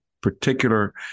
particular